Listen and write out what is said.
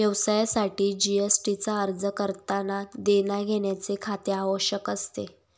व्यवसायासाठी जी.एस.टी चा अर्ज करतांना देण्याघेण्याचे खाते आवश्यक असते